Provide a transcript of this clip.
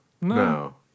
No